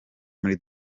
muri